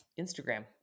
instagram